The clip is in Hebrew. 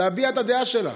להביע את הדעה שלה.